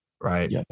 right